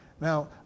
Now